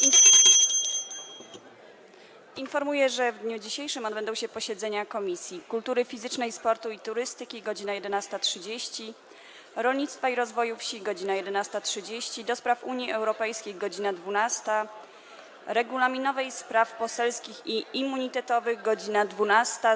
Informuję, że w dniu dzisiejszym odbędą się posiedzenia Komisji: - Kultury Fizycznej, Sportu i Turystyki - godz. 11.30, - Rolnictwa i Rozwoju Wsi - godz. 11.30, - do Spraw Unii Europejskiej - godz. 12, - Regulaminowej, Spraw Poselskich i Immunitetowych - godz. 12,